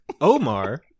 Omar